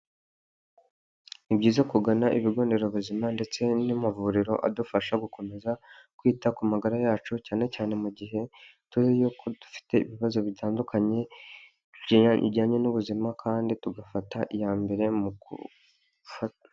Ni byiza kugana ibigo nderabuzima ndetse n'amavuriro adufasha gukomeza kwita ku magara yacu, cyane cyane mu gihe ttuzi y'uko dufite ibibazo bitandukanye bijyanye n'ubuzima kandi tugafata iya mbere .